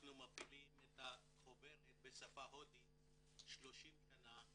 אנחנו מפעילים את החוברת בשפה ההודית 30 שנה,